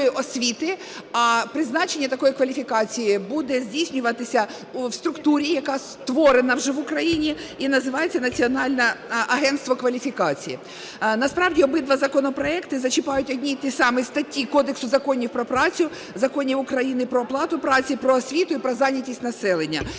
а призначення такої кваліфікації буде здійснюватися в структурі, яка створена вже в Україні, і називається Національне агентство кваліфікації. Насправді обидва законопроекти зачіпають одні і ті ж самі статті Кодексу законів про працю, законів України про оплату праці, про освіту і про зайнятість населення.